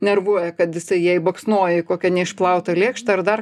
nervuoja kad jisai jai baksnoja į kokią neišplautą lėkštę ar dar